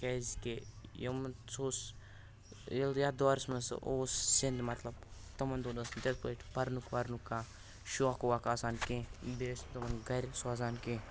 کیٛازِ کہِ یِم سُہ اوس یِیٚلہِ یَتھ دورَس منٛز سُہ اوس سِنٛد مَطلَب تِمَن دۄہَن ٲس نہٕ مَطلَب تِتھٕ پٲٹھۍ پَرنُک وَرنُک کانٛہہ شوق ووق آسان کیٚنٛہہ بیٚیہِ ٲسۍ تِمَن گرِکۍ سوزان کیٚنٛہہ